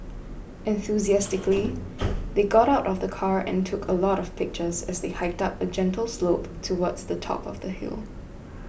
enthusiastically they got out of the car and took a lot of pictures as they hiked up a gentle slope towards the top of the hill